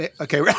Okay